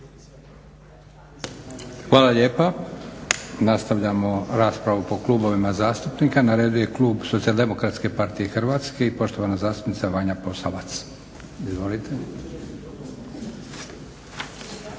Hvala lijepa. Nastavljamo raspravu po klubovima zastupnika. Na redu je klub Socijaldemokratske partije Hrvatske i poštovana zastupnica Vanja Posavac. Izvolite.